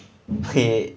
okay